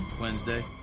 Wednesday